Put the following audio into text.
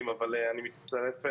זאת אומרת, הן חלקיות כי הן לא